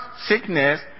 sickness